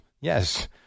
Yes